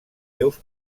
déus